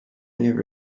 never